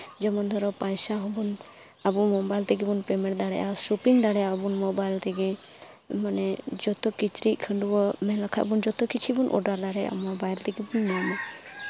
ᱡᱮᱢᱚᱱ ᱫᱷᱚᱨᱚ ᱯᱚᱭᱥᱟ ᱦᱚᱸᱵᱚᱱ ᱟᱵᱚ ᱢᱳᱵᱟᱭᱤᱞ ᱛᱮᱜᱮ ᱵᱚᱱ ᱯᱮᱢᱮᱱᱴ ᱫᱟᱲᱮᱭᱟᱜᱼᱟ ᱥᱚᱯᱤᱝ ᱫᱟᱲᱮᱭᱟᱜ ᱟᱵᱚᱱ ᱢᱳᱵᱟᱭᱤᱞ ᱛᱮᱜᱮ ᱢᱟᱱᱮ ᱡᱚᱛᱚ ᱠᱤᱪᱨᱤᱡ ᱠᱷᱟᱹᱰᱩᱣᱟᱹᱜ ᱢᱮᱱ ᱞᱮᱠᱷᱟᱱ ᱵᱚᱱ ᱡᱚᱛᱚ ᱠᱤᱪᱷᱩ ᱵᱚᱱ ᱚᱰᱟᱨ ᱫᱟᱲᱮᱭᱟᱜᱼᱟ ᱢᱳᱵᱟᱭᱤᱞ ᱛᱮᱜᱮ ᱵᱚᱱ ᱧᱟᱢᱟ